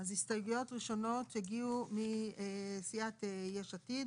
אז הסתייגויות ראשונות הגיעו מסיעת "יש עתיד".